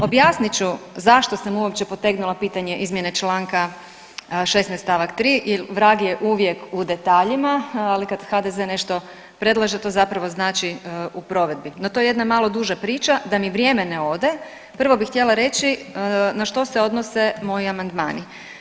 Objasnit ću zašto sam uopće potegnula pitanje izmjene čl. 16 st. 3 jer vrag je uvijek u detaljima, ali kad HDZ nešto predlaže, to zapravo znači u provedbi, no to je jedna malo duža priča da mi vrijeme ne ode, prvo bih htjela reći na što se odnose moji amandmani.